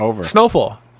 Snowfall